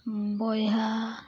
ᱵᱚᱭᱦᱟ